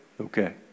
Okay